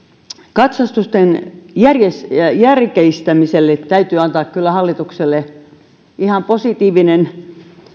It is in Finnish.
katsastuksen järkeistämisestä täytyy antaa kyllä hallitukselle ihan positiivinen